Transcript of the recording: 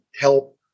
help